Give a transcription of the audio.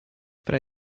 fra